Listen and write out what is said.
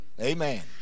Amen